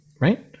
right